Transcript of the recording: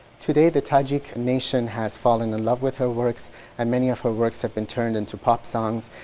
today the tajik nation has fallen in love with her works and many of her works have been turned into pop songs.